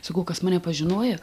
sakau kas mane pažinojo